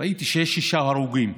ראיתי שיש שישה הרוגים.